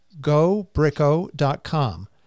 GoBricko.com